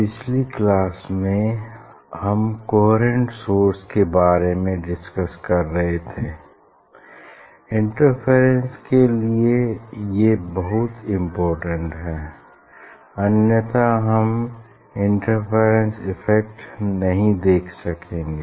पिछली क्लास में हम कोहेरेंट सोर्स के बारे में डिसकस कर रहे थे इंटरफेरेंस के लिए ये बहुत इम्पोर्टेन्ट है अन्यथा हम इंटरफेरेंस इफ़ेक्ट नहीं देख सकेंगे